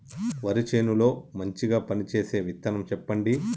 వరి చేను లో మంచిగా పనిచేసే విత్తనం చెప్పండి?